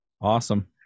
Awesome